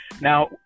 Now